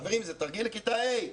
חברים, זה תרגיל לכיתה ה'.